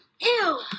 Ew